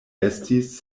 estis